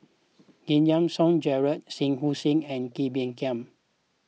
Giam Yean Song Gerald Shah Hussain and Kee Bee Khim